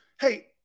Hey